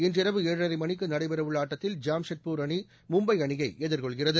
இன்றிரவு ஏழரை மணிக்கு நடைபெற உள்ள ஆட்டத்தில் ஜாம்ஷெட்பூர் மும்பை அணியை எதிர்கொள்கிறது